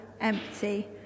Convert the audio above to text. empty